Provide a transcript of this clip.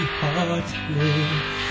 heartless